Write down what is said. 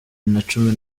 nacumi